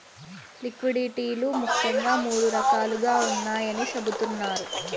liquidity లు ముఖ్యంగా మూడు రకాలుగా ఉన్నాయని చెబుతున్నారు